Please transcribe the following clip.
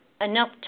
enough